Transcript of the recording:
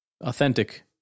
Authentic